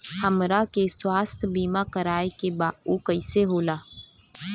हमरा के स्वास्थ्य बीमा कराए के बा उ कईसे होला?